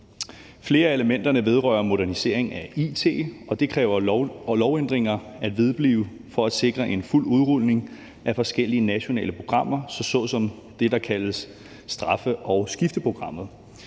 Flere af elementerne vedrører modernisering af it, og det kræver lovændringer at sikre en fuld udrulning af forskellige nationale programmer såsom det, der kaldes straffe- og skifteprogrammet.